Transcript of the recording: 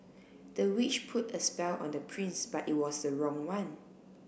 the witch put a spell on the prince but it was the wrong one